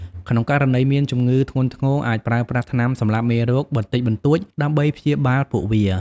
ក្នុងករណីមានជំងឺធ្ងន់ធ្ងរ អាចប្រើប្រាស់ថ្នាំសម្លាប់មេរោគបន្តិចបន្តួចដើម្បីព្យាបាលពួកវា។